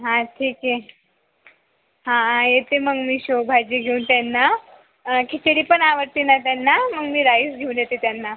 हां ठीक आहे हां येते मग मी शेवभाजी घेऊन त्यांना खिचडी पण आवडते ना त्यांना मग मी राईस घेऊन येते त्यांना